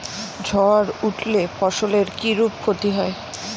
ঝড় উঠলে ফসলের কিরূপ ক্ষতি হয়?